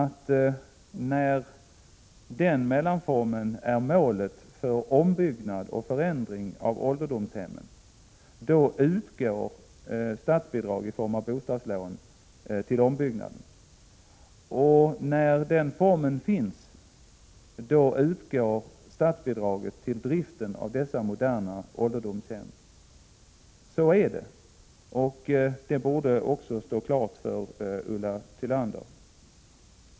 När den mellanformen är målet för ombyggnad och förändring av ålderdomshemmen, då utgår statsbidrag i form av bostadslån till ombyggnaden. Där denna mellanform finns utgår statsbidrag till driften av de moderna ålderdomshemmen. Så är det, och det borde också stå klart för Ulla Tillander.